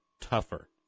tougher